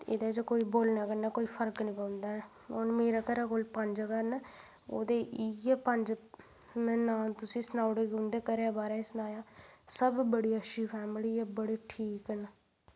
ते एह्दे च कोई बोलने च कोई फर्क निं पौंदा ऐ ते हून मेरे घरे कोल पंज घर न ओह्दे इ'यै पंज नांऽ तुसें ई सनाई ओड़े घरे बारै सनाया सब बड़ी अच्छी फैमली ऐ बड़े ठीक न